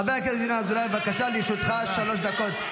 חבר הכנסת ינון אזולאי, בבקשה, לרשותך שלוש דקות.